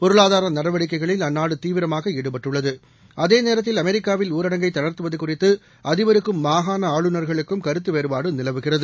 பொருளாதாரநடவடிக்கைகளிலும் அந்நாடுதீவிரமாகஈடுபட்டுள்ளது அதேநேரத்தில் அமெரிக்காவில் ஊரடங்கை தளா்த்துவதுகுறித்துஅதிபருக்கும் மாகாண ஆளுநா்களுக்கும் கருத்துவேறுபாடுநிலவுகிறது